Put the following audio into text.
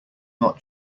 not